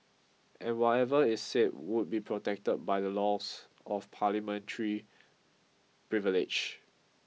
and whatever is said would be protected by the laws of Parliamentary privilege